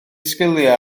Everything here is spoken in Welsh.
sgiliau